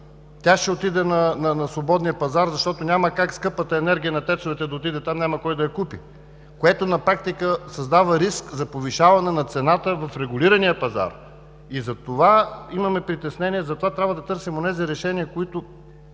Тя ще отиде на свободния пазар, защото няма как скъпата енергия на ТЕЦ-овете да отиде там – няма кой да я купи, което на практика създава риск за повишаване на цената в регулирания пазар. И затова имаме притеснения, затова трябва да търсим онези решения, които